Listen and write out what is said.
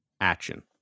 action